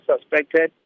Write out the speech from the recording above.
suspected